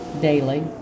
daily